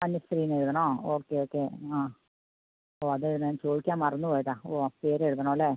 അനുശ്രീ എന്ന് എഴുതണോ okay okay ആ ഓ അത് ഞാൻ ചോദിക്കാൻ മറന്ന് പോയതാണ് ഓ പേര് എഴുതണം അല്ലേ